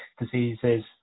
diseases